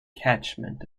catchment